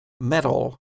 metal